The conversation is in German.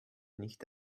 nicht